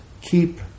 keep